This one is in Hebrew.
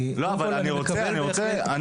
אני מקבל את הבקשה.